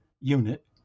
unit